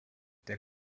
der